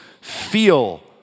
feel